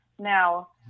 Now